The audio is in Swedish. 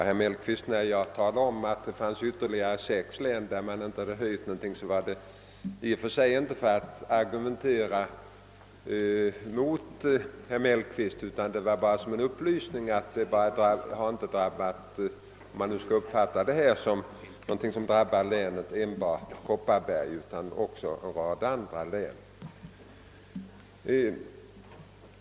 Herr talman! När jag i svaret framhöll att det finns ytterligare sex län som inte fått någon extra tilldelning, skedde det inte för att argumentera mot herr Mellqvist utan bara som en upplysning att inte enbart Kopparbergs län hade drabbats av detta.